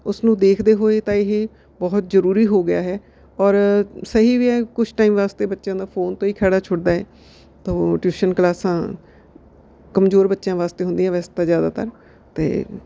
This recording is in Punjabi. ਉਸ ਨੂੰ ਦੇਖਦੇ ਹੋਏ ਤਾਂ ਇਹ ਬਹੁਤ ਜ਼ਰੂਰੀ ਹੋ ਗਿਆ ਹੈ ਔਰ ਸਹੀ ਵੀ ਹੈ ਕੁਛ ਟਾਈਮ ਵਾਸਤੇ ਬੱਚਿਆਂ ਦਾ ਫੋਨ ਤੋਂ ਹੀ ਖਹਿੜਾ ਛੁੱਟਦਾ ਹੈ ਤਾਂ ਉਹ ਟਿਊਸ਼ਨ ਕਲਾਸਾਂ ਕਮਜ਼ੋਰ ਬੱਚਿਆਂ ਵਾਸਤੇ ਹੁੰਦੀਆ ਵੈਸੇ ਤਾਂ ਜ਼ਿਆਦਾਤਰ ਅਤੇ